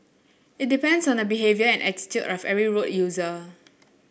it depends on the behaviour and attitude of every road user